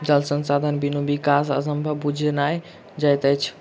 जल संसाधनक बिनु विकास असंभव बुझना जाइत अछि